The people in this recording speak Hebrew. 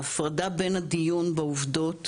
ההפרדה בין הדיון בעובדות